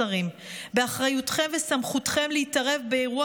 השרים: באחריותכם ובסמכותכם להתערב באירוע